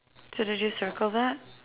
so did you circle that